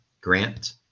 Grant